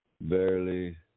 Barely